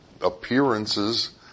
appearances